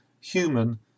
human